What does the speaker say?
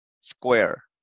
square